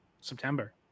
September